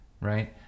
Right